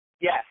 Yes